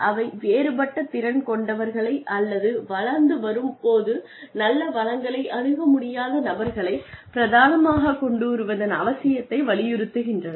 அவை வேறுபட்ட திறன் கொண்டவர்களை அல்லது வளர்ந்து வரும் போது நல்ல வளங்களை அணுக முடியாத நபர்களைப் பிரதானமாகக் கொண்டு வருவதன் அவசியத்தை வலியுறுத்துகின்றன